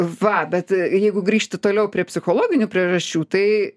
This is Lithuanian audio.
va bet jeigu grįžti toliau prie psichologinių priežasčių tai